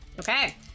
Okay